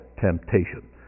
temptation